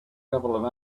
gravel